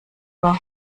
blut